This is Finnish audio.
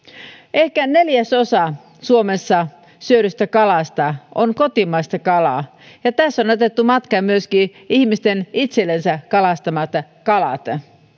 ehkä neljäsosa suomessa syödystä kalasta on kotimaista kalaa ja tässä on otettu matkaan myöskin ihmisten itsellensä kalastamat kalat